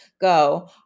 go